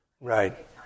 Right